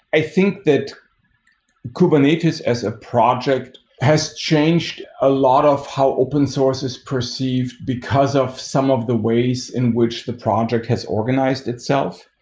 i think that kubernetes as a project has changed a lot of how open source is perceived because of some of the ways in which the project has organized itself.